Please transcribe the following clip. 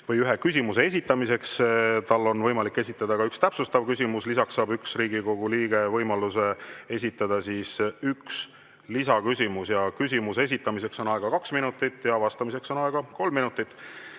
ühe küsimuse esitamiseks. Tal on võimalik esitada ka üks täpsustav küsimus. Lisaks saab üks Riigikogu liige võimaluse esitada ühe lisaküsimuse. Küsimuse esitamiseks on aega kaks minutit ja vastamiseks kolm minutit.